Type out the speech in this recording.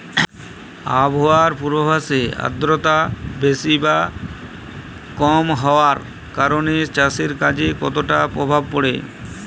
আবহাওয়ার পূর্বাভাসে আর্দ্রতা বেশি বা কম হওয়ার কারণে চাষের কাজে কতটা প্রভাব পড়ে?